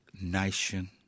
nation